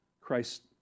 Christ